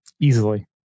easily